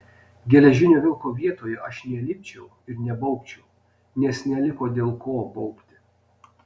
geležinio vilko vietoje aš nelipčiau ir nebaubčiau nes neliko dėl ko baubti